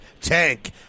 Tank